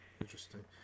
Interesting